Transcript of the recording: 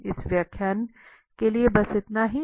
इस व्याख्यान के लिए बस इतना ही है